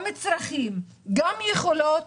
גם צרכים, גם יכולות,